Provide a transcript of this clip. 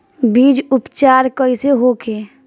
बीज उपचार कइसे होखे?